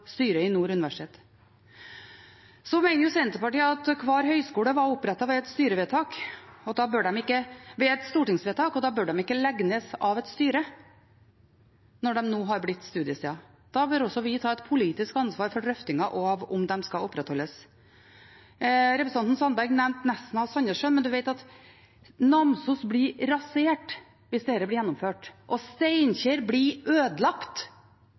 styret i Nord universitet. Senterpartiet mener at siden hver høyskole var opprettet ved et stortingsvedtak, bør de ikke legges ned av et styre når de nå har blitt studiesteder. Da bør også vi ta et politisk ansvar for drøftingen av om de skal opprettholdes. Representanten Sandberg nevnte Nesna og Sandnessjøen, men vi vet at Namsos blir rasert hvis dette blir gjennomført, og Steinkjer blir ødelagt